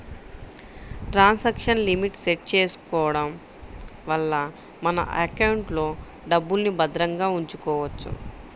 transaction limit set చేసుకోడం వల్ల మన ఎకౌంట్లో డబ్బుల్ని భద్రంగా ఉంచుకోవచ్చు